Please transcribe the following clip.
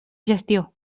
gestió